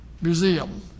museum